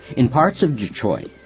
in parts of detroit,